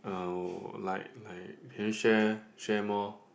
uh like like can you share share more